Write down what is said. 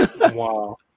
Wow